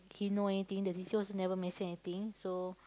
he know anything the teacher also never mention anything so